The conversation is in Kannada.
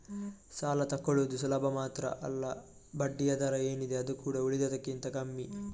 ಸಾಲ ತಕ್ಕೊಳ್ಳುದು ಸುಲಭ ಮಾತ್ರ ಅಲ್ಲ ಬಡ್ಡಿಯ ದರ ಏನಿದೆ ಅದು ಕೂಡಾ ಉಳಿದದಕ್ಕಿಂತ ಕಮ್ಮಿ